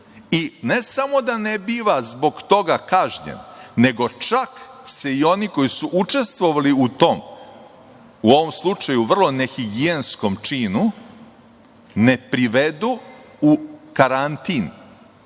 i ne samo da ne biva zbog toga kažnjen, nego čak i oni koji su učestvovali u tom, u ovom slučaju, vrlo nehigijenskom činu ne privedu u karantin